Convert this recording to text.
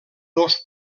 dos